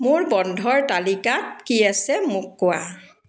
মোৰ বন্ধৰ তালিকাত কি আছে মোক কোৱা